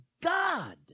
God